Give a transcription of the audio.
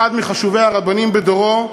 אחד מחשובי הרבנים בדורו,